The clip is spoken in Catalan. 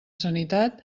sanitat